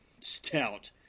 stout